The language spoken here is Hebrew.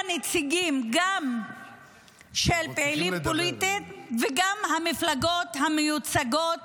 נציגים גם של פעילים פוליטיים וגם של המפלגות המיוצגות